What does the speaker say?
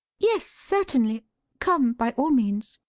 yes, certainly come, by all means,